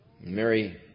Mary